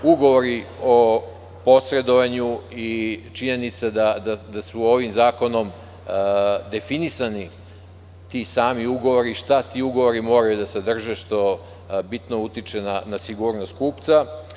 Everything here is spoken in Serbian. Takođe, ugovori o posredovanju i činjenica da su ovim zakonom definisani ti sami ugovori, šta ti ugovori moraju da sadrže što bitno utiče na sigurnost kupca.